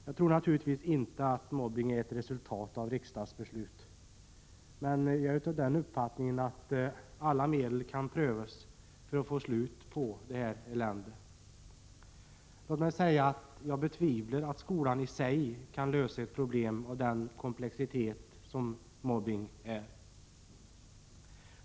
Jag tror naturligtvis inte att mobbning är ett resultat av riksdagsbeslut, men jag är av den uppfattningen att alla medel skall prövas för att få slut på eländet. Jag betvivlar att skolan i sig kan lösa ett problem av den komplexitet som mobbning är.